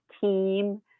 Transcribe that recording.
team